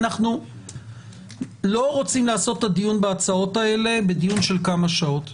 אנחנו לא רוצים לעשות את הדיון בהצעות האלה בדיון של כמה שעות.